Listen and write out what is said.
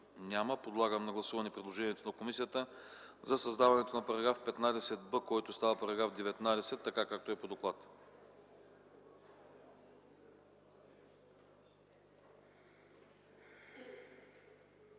Няма. Подлагам на гласуване предложението на комисията за създаване на § 15а, който става § 18, така както е по доклада.